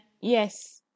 Yes